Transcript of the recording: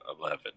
eleven